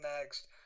next